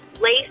Lace